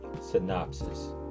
Synopsis